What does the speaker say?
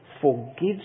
forgives